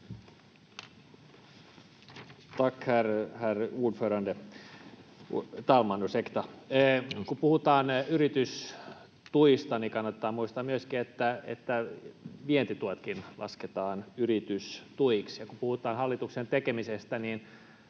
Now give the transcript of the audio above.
Tack, herr talman! Kun puhutaan yritystuista, niin kannattaa muistaa myöskin, että vientituetkin lasketaan yritystuiksi. Ja kun puhutaan hallituksen tekemisestä, niin